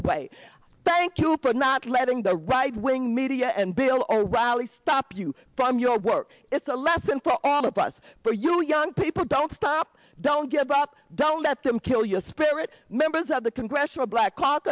away thank you for not letting the right wing media and bill o'reilly stop you from your work it's a lesson for all of us for you young people don't stop don't give up don't let them kill your spirit members of the congressional black c